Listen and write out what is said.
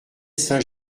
saint